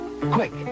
Quick